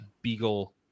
beagle